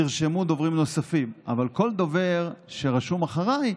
נרשמו דוברים נוספים, אבל כל דובר שרשום אחריי